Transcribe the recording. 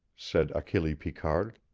said achille picard,